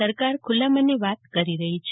સરકાર ખુલ્લા મને વાત કરી રહી છે